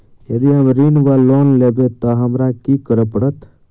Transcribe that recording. यदि हम ऋण वा लोन लेबै तऽ हमरा की करऽ पड़त?